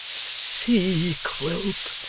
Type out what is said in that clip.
see, quilp,